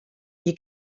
you